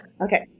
Okay